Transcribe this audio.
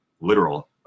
literal